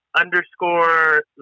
underscore